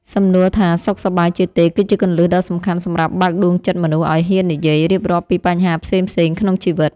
សំណួរថាសុខសប្បាយជាទេគឺជាគន្លឹះដ៏សំខាន់សម្រាប់បើកដួងចិត្តមនុស្សឱ្យហ៊ាននិយាយរៀបរាប់ពីបញ្ហាផ្សេងៗក្នុងជីវិត។